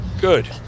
Good